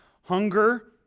Hunger